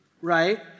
right